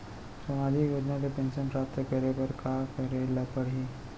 सामाजिक योजना ले पेंशन प्राप्त करे बर का का करे ल पड़ही?